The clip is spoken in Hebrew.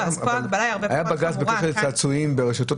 היה בג"ץ בקשר למכירת צעצועים ברשתות